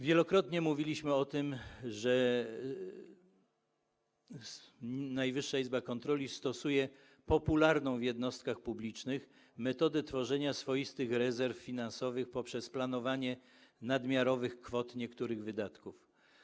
Wielokrotnie mówiliśmy o tym, że Najwyższa Izba Kontroli stosuje popularną w jednostkach publicznych metodę tworzenia swoistych rezerw finansowych poprzez planowanie nadmiarowych kwot niektórych wydatków.